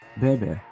Baby